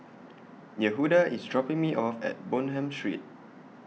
Yehuda IS dropping Me off At Bonham Street